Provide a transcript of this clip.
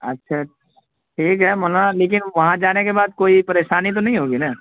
اچھا ٹھیک ہے مولانا لیکن وہاں جانے کے بعد کوئی پریشانی تو نہیں ہوگی نا